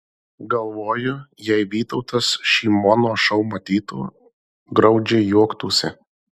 galvoju jei vytautas šį mono šou matytų graudžiai juoktųsi